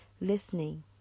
listening